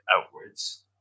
outwards